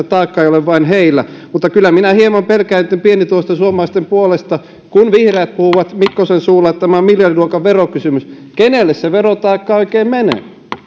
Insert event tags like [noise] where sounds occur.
[unintelligible] taakka ei ole vain heillä mutta kyllä minä hieman pelkään pienituloisten suomalaisten puolesta kun vihreät puhuvat mikkosen suulla että tämä on miljardiluokan verokysymys kenelle se verotaakka oikein menee